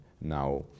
now